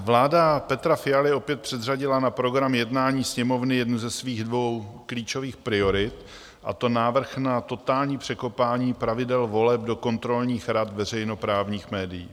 Vláda Petra Fialy opět předřadila na program jednání Sněmovny jednu ze dvou klíčových priorit, a to návrh na totální překopání pravidel voleb do kontrolních rad veřejnoprávních médií.